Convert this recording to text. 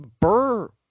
Burr